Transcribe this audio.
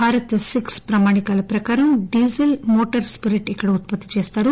Bharat six ప్రామాణికాల ప్రకారం diesel motor spirit ఇక్కడ ఉత్పత్తి జరుగుతుంది